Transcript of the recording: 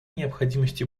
необходимости